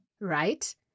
Right